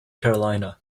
carolina